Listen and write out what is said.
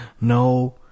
no